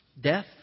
Death